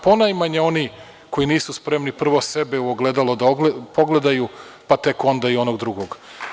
Ponajmanje oni koji nisu spremni, prvo sebe u ogledalo da pogledaju, pa tek onda i onog drugog.